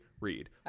read